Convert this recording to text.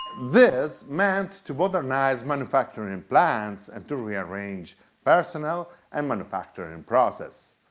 this meant to modernize manufacturing and plants and to rearrange personnel and manufacturing and process.